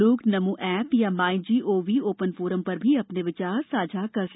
लोग नमो ऐप या my gov open forum पर भी अपने विचार साझा कर सकते हैं